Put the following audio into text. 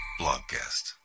Blogcast